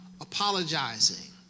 apologizing